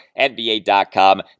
NBA.com